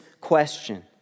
question